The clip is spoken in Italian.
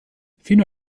fino